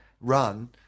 run